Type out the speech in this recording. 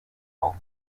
fall